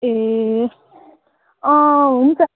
ए हुन्छ